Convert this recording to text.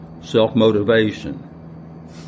Self-motivation